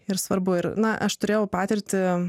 ir svarbu ir na aš turėjau patirtį